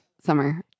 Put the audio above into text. Summer